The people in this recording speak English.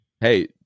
Hey